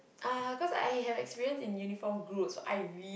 uh cause I have experience in uniform group so I real